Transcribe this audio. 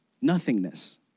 nothingness